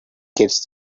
gets